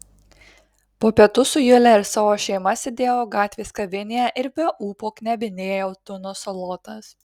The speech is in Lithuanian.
po pietų su jule ir savo šeima sėdėjau gatvės kavinėje ir be ūpo knebinėjau tuno salotas